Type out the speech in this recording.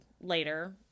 later